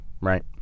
Right